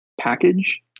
package